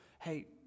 Hey